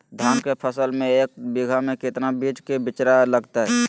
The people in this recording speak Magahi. धान के फसल में एक बीघा में कितना बीज के बिचड़ा लगतय?